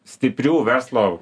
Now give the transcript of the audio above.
stiprių verslo